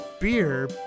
beer